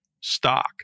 stock